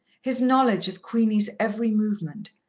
his knowledge of queenie's every movement,